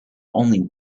only